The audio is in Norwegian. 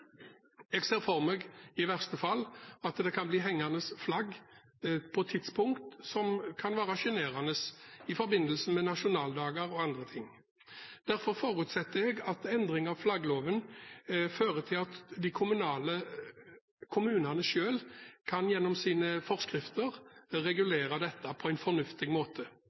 Jeg ser for meg at det i verste fall kan bli hengende flagg på tidspunkter da det kan være sjenerende, f.eks. i forbindelse med nasjonaldagen og andre dager. Derfor forutsetter jeg at endring av flaggloven fører til at kommunene selv gjennom sine forskrifter kan regulere dette på en fornuftig måte.